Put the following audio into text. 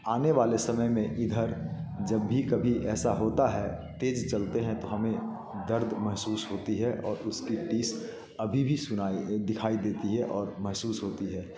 आने वाले समय में इधर जब भी कभी ऐसा होता है तेज़ चलते हैं तो हमे दर्द महसूस होती है और उसकी टीस अभी भी सुनाई दिखाई देती है और महसूस होती है